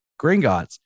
Gringotts